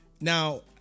now